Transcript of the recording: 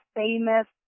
famous